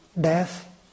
death